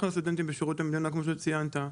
אנחנו הסטודנטים בשירות המדינה, כמו שציינת,